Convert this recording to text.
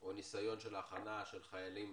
או ניסיון של הכנה של חיילים